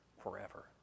forever